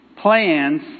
Plans